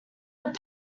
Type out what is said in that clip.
are